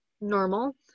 Normal